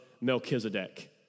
Melchizedek